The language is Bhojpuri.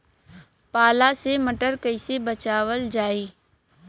पाला से मटर कईसे बचावल जाई?